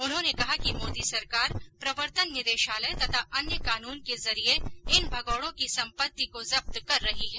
उन्होंने कहा कि मोदी सरकार प्रवर्तन निदेशालय तथा अन्य कानून के जरिये इन भगौड़ों की संपत्ति को जब्त कर रही है